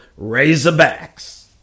Razorbacks